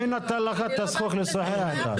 מי נתן לך את הזכות לשוחח איתה?